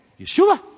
Yeshua